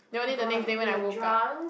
oh-my-god and you were drunk